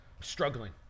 struggling